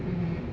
mmhmm